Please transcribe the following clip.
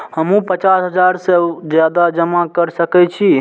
हमू पचास हजार से ज्यादा जमा कर सके छी?